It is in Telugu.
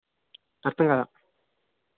అర్థం కాలేదు